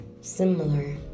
similar